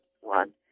one